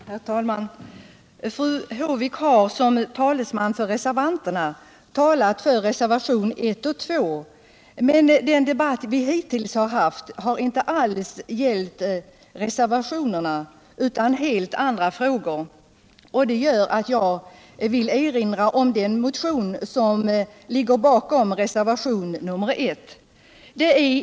Herr talman! Fru Håvik har som talesman för reservanterna talat för reservationerna 1 och 2. Men den debatt vi hittills haft har inte alls gällt reservationerna, utan helt andra frågor. Detta gör att jag vill erinra om den motion som ligger till grund för reservationen 1.